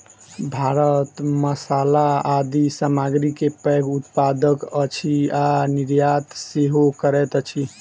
भारत मसाला आदि सामग्री के पैघ उत्पादक अछि आ निर्यात सेहो करैत अछि